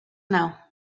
know